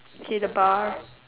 okay the bar